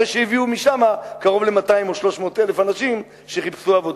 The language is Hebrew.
אחרי שהביאו משם קרוב ל-200,000 או 300,000 אנשים שחיפשו עבודה.